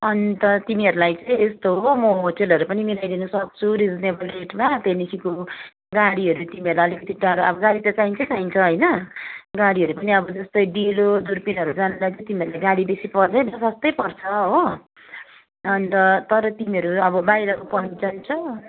अन्त तिमीहरूलाई चाहिँ यस्तो हो म होटलहरू पनि मिलाइदिनु सक्छु रिजनेबल रेटमा त्यहाँदेखिको गाडीहरू तिमीहरूलाई अलिकति टाढो अब गाडी त चाहिन्छै चाहिन्छ होइन गाडीहरू पनि अब जस्तै डेलो दुर्पिनहरू जानुलाई चाहिँ तिमीहरूलाई गाडी बेसी पर्दैन सस्तै पर्छ हो अन्त तर तिमीहरू अब बाहिरको पोइन्ट जान्छ